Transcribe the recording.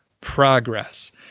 progress